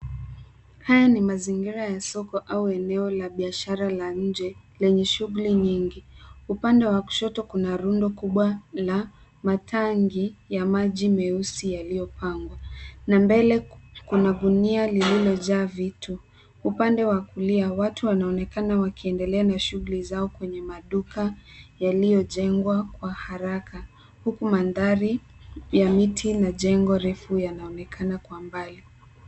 Haya ni mazingira ya soko au eneo la biashara la nje, lenye shughuli nyingi. Upande wa kushoto kuna rundo kubwa la matangi ya maji meusi yaliyopangwa na mbele kuna gunia lililojaa vitu. Upande wa kulia, watu wanaonekana wakiendelea na shughuli zao kwenye maduka yaliyojengwa kwa haraka, huku mandhari ya miti na jengo refu yanaonekana kwa mbali.